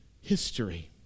history